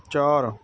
ਚਾਰ